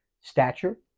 stature